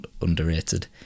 underrated